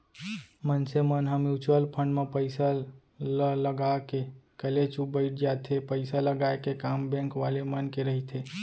मनसे मन ह म्युचुअल फंड म पइसा ल लगा के कलेचुप बइठ जाथे पइसा लगाय के काम बेंक वाले मन के रहिथे